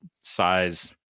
size